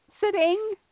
sitting